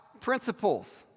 principles